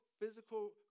physical